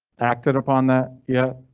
acted upon that yeah,